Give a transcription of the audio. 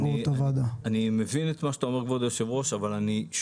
כבוד היושב-ראש, אני מבין את מה שאתה אומר.